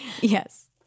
Yes